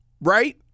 right